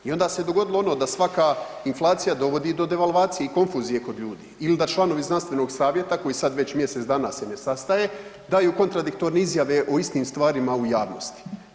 I onda se dogodilo ono da svaka inflacija dovodi do devalvacije i konfuzije ljudi ili da članovi Znanstvenog savjeta koji sad već mjesec dana se ne sastaje daju kontradiktorne izjave o istim stvarima u javnosti.